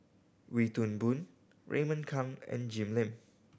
Wee Toon Boon Raymond Kang and Jim Lim